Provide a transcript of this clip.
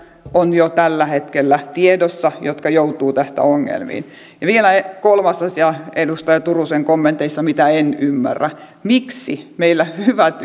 on jo tällä hetkellä tiedossa yli sata yhtiötä jotka joutuvat tästä ongelmiin ja vielä kolmas asia edustaja turusen kommenteissa mitä en ymmärrä miksi meillä hyvät